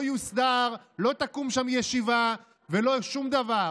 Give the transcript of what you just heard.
לא יוסדר, לא תקום שם ישיבה ולא שום דבר.